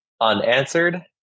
unanswered